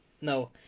No